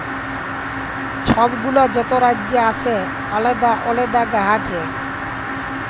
ছব গুলা যত রাজ্যে আসে আলেদা আলেদা গাহাচ হ্যয়